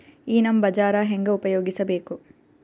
ಈ ನಮ್ ಬಜಾರ ಹೆಂಗ ಉಪಯೋಗಿಸಬೇಕು?